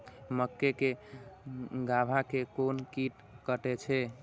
मक्के के गाभा के कोन कीट कटे छे?